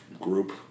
group